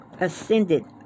ascended